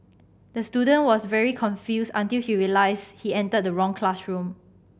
the student was very confused until he realised he entered the wrong classroom